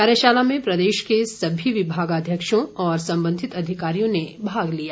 कार्यशाला में प्रदेश के सभी विभागाध्यक्षों और संबंधित अधिकारियों ने भाग लिया